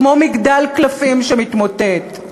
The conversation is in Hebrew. כמו מגדל קלפים שמתמוטט.